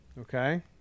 Okay